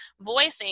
voicing